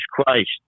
Christ